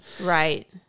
Right